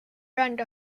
brand